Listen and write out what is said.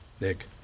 nick